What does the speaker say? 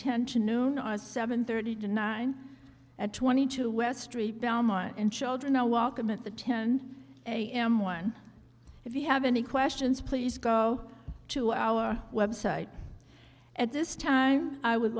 tension noon on a seven thirty to nine at twenty two west street belmont and children a welcome at the ten am one if you have any questions please go to our website at this time i would